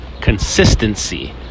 consistency